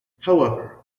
however